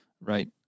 right